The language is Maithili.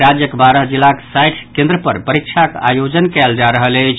राज्यक बारह जिलाक साठि केन्द्र पर परीक्षाक आयोजन कयल जा रहल अछि